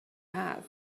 have